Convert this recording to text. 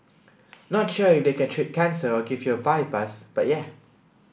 not sure if they can treat cancer or give you a bypass but yeah